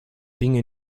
dinge